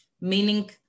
meaning